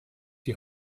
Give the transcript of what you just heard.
die